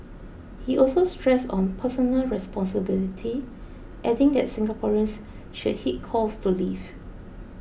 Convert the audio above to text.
he also stressed on personal responsibility adding that Singaporeans should heed calls to leave